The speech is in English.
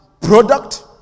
product